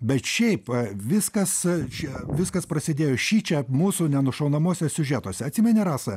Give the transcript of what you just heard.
bet šiaip viskas čia viskas prasidėjo šičia mūsų nenušaunamuose siužetuose atsimeni rasa